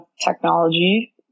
technology